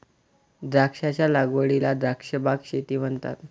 द्राक्षांच्या लागवडीला द्राक्ष बाग शेती म्हणतात